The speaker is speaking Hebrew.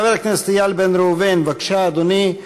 חבר הכנסת איל בן ראובן, בבקשה, אדוני.